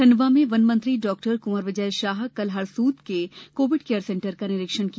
खंडवा में वन मंत्री डॉ कुंवर विजय शाहने कल हरसूद के कोविड केयर सेंटर का निरीक्षण किया